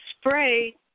spray